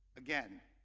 again,